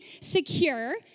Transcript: secure